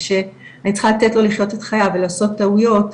ושאני צריכה לתת לו לחיות את חייו ולעשות טעויות,